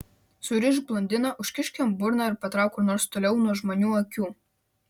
surišk blondiną užkišk jam burną ir patrauk kur nors toliau nuo žmonių akių